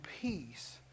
peace